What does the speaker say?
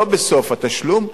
לא בסוף התשלום.